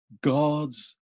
God's